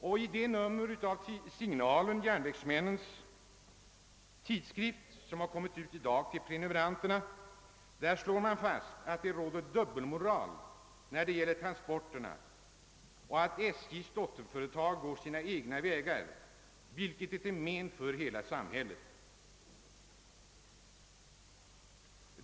I det nummer av Signalen, järnvägsmännens tidskrift, som har kommit ut till prenumeranterna i dag, slår man fast, att det råder dubbelmoral i fråga om transporterna och att SJ:s dotterföretag går sina egna vägar, vilket är till men för hela samhället.